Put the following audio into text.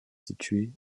situé